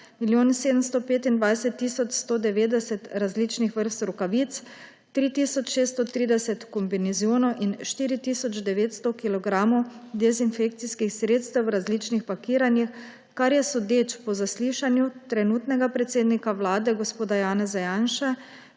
tisoč 190 različnih vrst rokavic, 3 tisoč 630 kombinezonov in 4 tisoč 900 kilogramov dezinfekcijskih sredstev v različnih pakiranjih, kar je sodeč po zaslišanju trenutnega predsednika vlade gospoda Janeza Janše